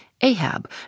Ahab